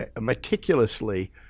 meticulously